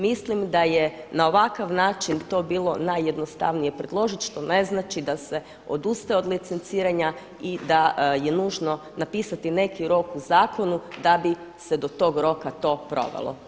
Mislim da je na ovakav način to bilo najjednostavnije predložiti što ne znači da se odustaje od licenciranja i da je nužno napisati neki rok u zakonu da bi se do tog roka to provelo.